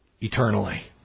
eternally